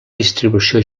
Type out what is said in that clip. distribució